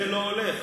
זה לא הולך.